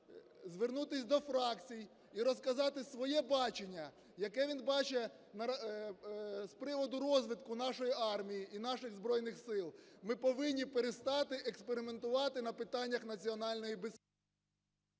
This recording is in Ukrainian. звернутись до фракцій і розказати своє бачення, яке він бачить з приводу розвитку нашої армії і наших Збройних Сил. Ми повинні перестати експериментувати на питаннях національної…